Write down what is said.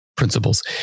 Principles